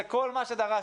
זה כל מה שדרשנו.